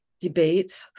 debate